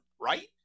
right